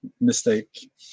mistake